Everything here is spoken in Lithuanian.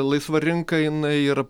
laisva rinka jinai yra